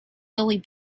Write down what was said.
lily